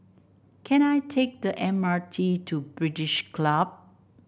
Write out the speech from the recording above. can I take the M R T to British Club